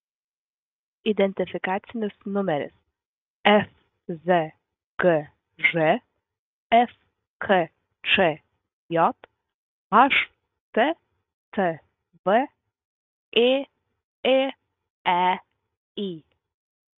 identifikacinis numeris fzgž fkčj httv ėėei